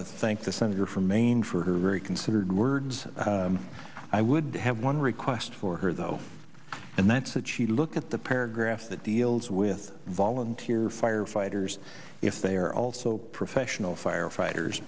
to thank the senator from maine for her very considered words i would have one request for her and that's that she look at the paragraph that deals with volunteer firefighters if they are also professional firefighters